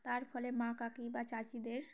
তার ফলে মা কাকি বা চাচিদের